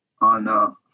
on